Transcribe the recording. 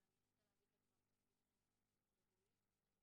אבל אני אנסה להביא את הדברים כפי שהוסברו לי.